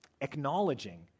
acknowledging